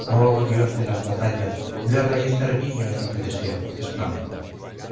oh dios de las batallas guerra y exterminio es lo que deseo exclamé